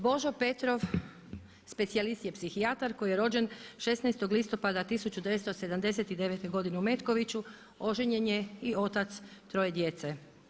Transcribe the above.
Božo Petrov, specijalist je psihijatar koji je rođen 16. listopada 1979. godine u Metkoviću, oženjen je i otac troje djece.